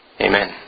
Amen